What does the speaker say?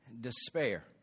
despair